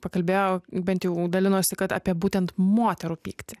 pakalbėjo bent jau dalinosi kad apie būtent moterų pyktį